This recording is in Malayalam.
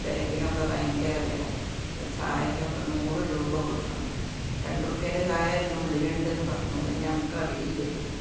ബേഗിനൊക്കെ ഭയങ്കര വില ചായക്കൊക്കെ നൂറ് രൂപ കൊടുക്കണം രണ്ടു റുപ്പ്യൻ്റെ ചായ അതിന്റെ ഉള്ളില് ഉണ്ടെന്ന് പറഞ്ഞു അത് ഞങ്ങള്ക്ക് അറിയില്ലായിരുന്നു